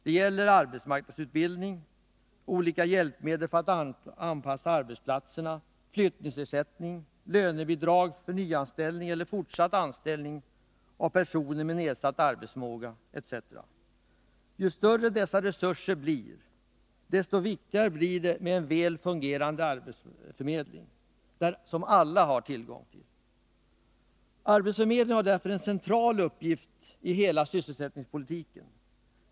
Det gäller arbetsmarknadsutbildning, olika hjälpmedel för att anpassa arbetsplatserna, flyttningsersättning, lönebidrag för nyanställning eller fortsatt anställning av personer med nedsatt arbetsförmåga, etc. Ju större dessa resurser blir, desto viktigare är det med en väl fungerande arbetsförmedling som alla har tillgång till. Arbetsförmedlingen har därför en central uppgift i hela vår sysselsättningspolitik.